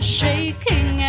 shaking